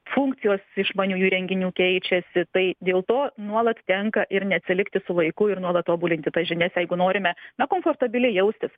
funkcijos išmaniųjų įrenginių keičiasi tai dėl to nuolat tenka ir neatsilikti su laiku ir nuolat tobulinti tas žinias jeigu norime na komfortabiliai jaustis